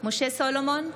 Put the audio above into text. משה סולומון,